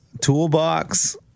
Toolbox